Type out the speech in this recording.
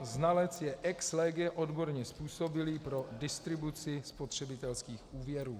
Znalec je ex lege odborně způsobilý pro distribuci spotřebitelských úvěrů.